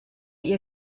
ihr